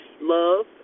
love